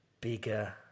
bigger